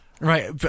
Right